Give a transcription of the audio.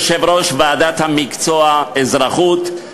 יושב-ראש ועדת המקצוע באזרחות,